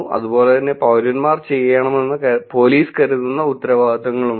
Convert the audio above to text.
അതുപോലെതന്നെ പൌരന്മാർ ചെയ്യണമെന്ന് പോലീസ് കരുതുന്ന ഉത്തരവാദിത്വങ്ങളുമുണ്ട്